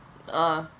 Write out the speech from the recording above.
ah